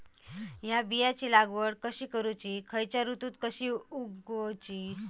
हया बियाची लागवड कशी करूची खैयच्य ऋतुत कशी उगउची?